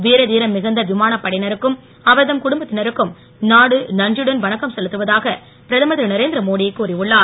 வீரதீரம் மிகுந்த விமானப்படையினருக்கும் அவர் தம் குடும்பத்தினருக்கும் நாடு நன்றியுடன் வணக்கம் செலுத்துவதாக பிரதமர் திரு நரேந்திரமோடி கூறி உள்ளார்